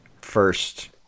first